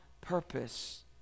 purpose